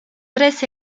tres